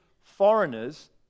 foreigners